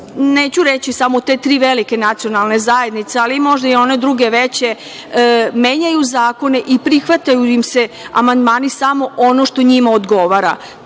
neću reći samo te tri velike nacionalne zajednice, ali možda i one druge, veće, menjaju zakone i prihvataju im se amandmani samo ono što njima odgovara.